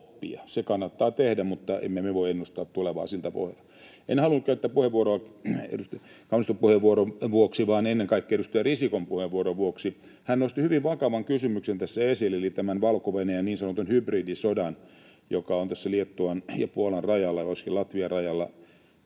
se kannattaa tehdä, mutta emme me voi ennustaa tulevaa siltä pohjalta. En halunnut käyttää puheenvuoroa edustaja Kauniston puheenvuoron vuoksi vaan ennen kaikkea edustaja Risikon puheenvuoron vuoksi. Hän nosti tässä esille hyvin vakavan kysymyksen eli tämän Valko-Venäjän niin sanotun hybridisodan, joka on Liettuan ja Puolan rajalla ja osin Latvian rajalla